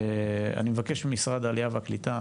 אני מבקש ממשרד העלייה והקליטה